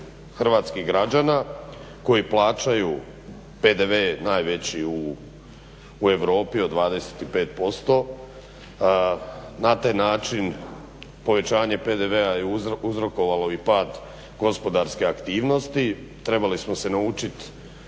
hrvatskih građana koji plaćaju PDV najveći u Europi od 25%. Na taj način povećanje PDV-a je uzrokovalo i pad gospodarske aktivnosti. Trebali smo se naučit